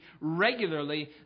regularly